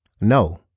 No